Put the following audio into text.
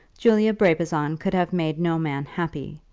julia brabazon could have made no man happy,